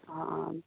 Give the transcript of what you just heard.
ਹਾਂ